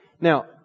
Now